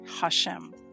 Hashem